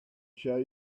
show